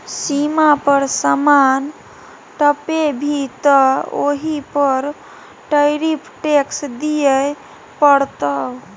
सीमा पर समान टपेभी तँ ओहि पर टैरिफ टैक्स दिअ पड़तौ